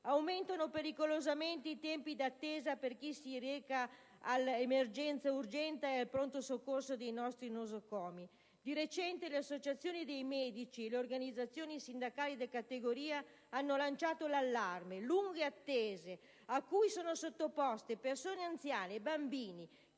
Aumentano pericolosamente i tempi di attesa per chi si reca all'emergenza-urgenza e al pronto soccorso dei nostri nosocomi. Di recente, le associazioni dei medici e le organizzazioni sindacali di categoria hanno lanciato l'allarme per le lunghe attese a cui sono sottoposti anziani e bambini